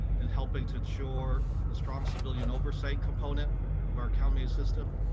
in helping to ensure the strong civilian oversight components of our accounting system,